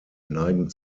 neigen